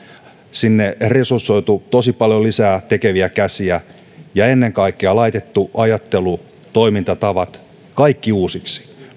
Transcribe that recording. sinne resursoineet tosi paljon lisää tekeviä käsiä ja ennen kaikkea laittaneet ajattelun toimintatavat kaiken uusiksi